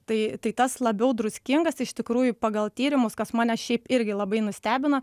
tai tai tas labiau druskingas iš tikrųjų pagal tyrimus kas mane šiaip irgi labai nustebino